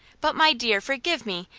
but my dear, forgive me!